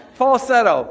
falsetto